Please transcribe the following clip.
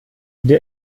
der